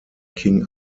king